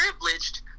privileged